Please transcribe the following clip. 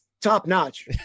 top-notch